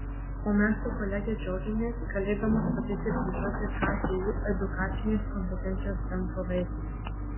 o mes su kolege džiaugiamės galėdamos padėti plėtoti ktu edukacinės kompetencijos centro veiklą